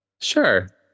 Sure